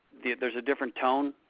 there is a different tone.